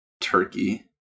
turkey